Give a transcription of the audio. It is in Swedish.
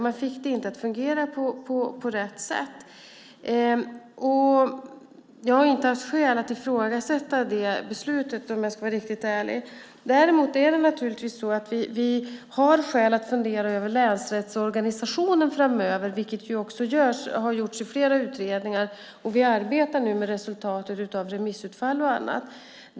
Man fick det inte att fungera på rätt sätt. Jag har inte, om jag ska vara riktigt ärlig, haft skäl att ifrågasätta det beslutet. Däremot har vi naturligtvis skäl att fundera över länsrättsorganisationen framöver, vilket också gjorts i flera utredningar. Vi arbetar nu med resultatet av remissutfall och annat.